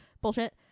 bullshit